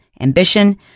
ambition